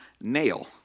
nail